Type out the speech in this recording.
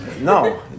No